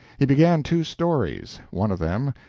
he began two stories one of them,